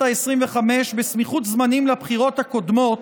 העשרים-וחמש בסמיכות זמנים לבחירות הקודמות,